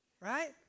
Right